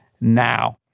now